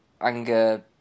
anger